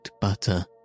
butter